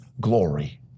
glory